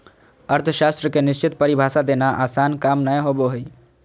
अर्थशास्त्र के निश्चित परिभाषा देना आसन काम नय होबो हइ